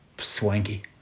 swanky